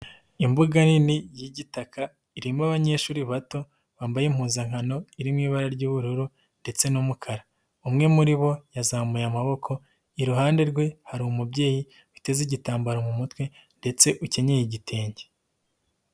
Imbuga nini y'igitaka irimo abanyeshuri bato bambaye impuzankano iri mu ibara ry'ubururu ndetse n'umukara, umwe muri bo yazamuye amaboko, iruhande rwe hari umubyeyi witeze igitambaro mu mutwe ndetse ukenyeye igitenge.